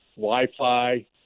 Wi-Fi